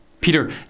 Peter